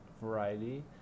variety